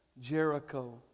Jericho